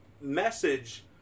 message